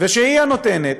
ושהיא נותנת.